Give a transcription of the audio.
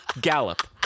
gallop